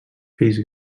fills